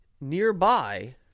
nearby